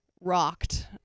rocked